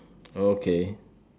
okay